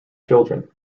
children